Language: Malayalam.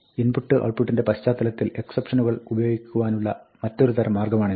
ഇൻപുട്ട് ഔട്ട്പുട്ടിന്റെ പശ്ചാത്തലത്തിൽ എക്സപ്ഷനുകൾ ഉപയോഗിക്കുവാനുള്ള മറ്റൊരു തരം മാർഗ്ഗമാണിത്